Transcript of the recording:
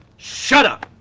shut up!